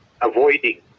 avoiding